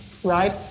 right